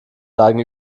lagen